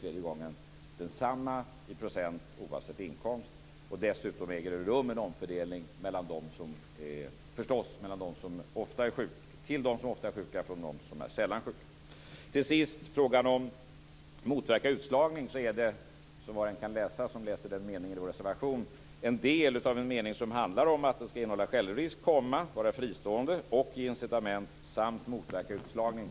Avgiften är densamma i procent oavsett inkomst, och dessutom äger det rum en omfördelning till dem som ofta är sjuka från dem som är sällan sjuka. Till sist frågan om att motverka utslagning. Var och en kan själv läsa i reservationen att det handlar om självrisk, att vara fristående, ge incitament och motverka utslagning.